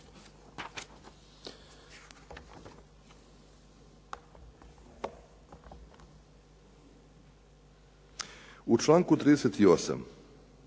U članku 38.